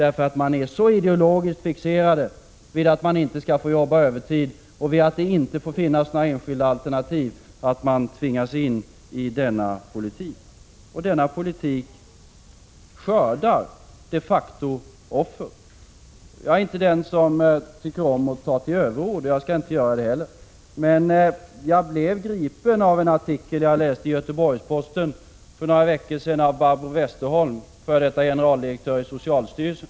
Detta skall ske på grund av att socialdemokraterna är så ideologiskt fixerade vid att läkarna inte skall få arbeta övertid och vid att det inte skall finnas några enskilda alternativ. Därför skall alla människor tvingas in i denna politik — en politik som de facto skördar offer. Jag är inte den som tycker om att ta till överord, och jag skall inte göra det heller. Men jag blev gripen av en artikel i Göteborgsposten för några veckor sedan av Barbro Westerholm, f.d. generaldirektör i socialstyrelsen.